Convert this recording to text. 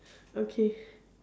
okay